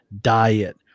diet